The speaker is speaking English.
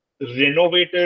renovated